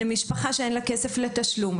למשפחה שאין לה כסף לתשלום,